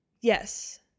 yes